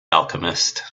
alchemist